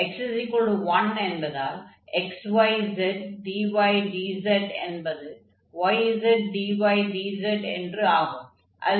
x1 என்பதால் xyzdy dz என்பது yzdy dz என்று ஆகும்